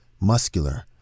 muscular